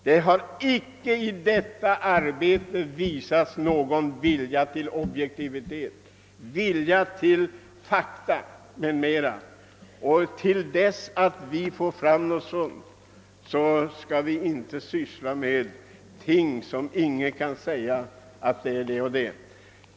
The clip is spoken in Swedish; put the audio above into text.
Det har icke vid detta arbetes utförande visats någon vilja till objektivitet eller vilja att redovisa fakta. Till dess att vi kan åstadkomma det skall vi inte syssla med dessa ting.